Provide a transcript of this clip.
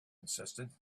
insisted